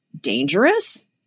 dangerous